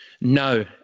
No